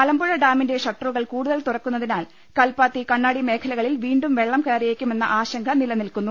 മലമ്പുഴ ഡാമിന്റെ ഷട്ടറുകൾ കൂടു തൽ തുറക്കുന്നതിനാൽ കൽപ്പാത്തി കണ്ണാടി മേഖലകളിൽ വീണ്ടും വെള്ളം കയറിയേക്കുമെന്ന ആശങ്ക നിലനിൽക്കുന്നു